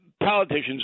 Politicians